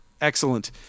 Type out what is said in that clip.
Excellent